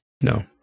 No